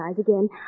again